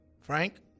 Frank